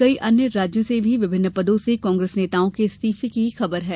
कई अन्य राज्यों से भी विभिन्न पदों से कांग्रेस नेताओं के इस्तीफा देने की खबर है